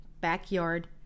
Backyard